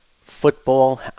football